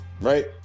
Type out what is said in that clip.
right